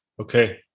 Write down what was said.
Okay